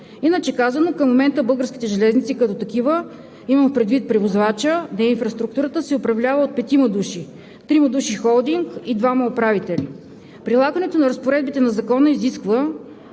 Иначе казано, към момента българските железници като такива – имам предвид превозвача, не инфраструктурата – се управлява от петима души: трима души холдинг и двама управители. Прилагането на разпоредбите на Закона изисква,